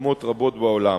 מתקדמות רבות בעולם.